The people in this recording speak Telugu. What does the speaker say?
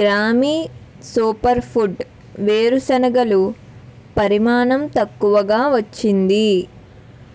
గ్రామీ సూపర్ ఫుడ్ వేరుశనగలు పరిమాణం తక్కువగా వచ్చింది